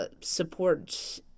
support